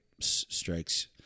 strikes